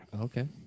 Okay